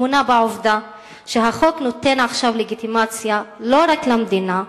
טמונה בעובדה שהחוק נותן עכשיו לגיטימציה לא רק למדינה,